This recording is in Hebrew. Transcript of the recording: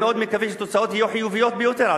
אני מאוד מקווה שהתוצאות יהיו חיוביות ביותר,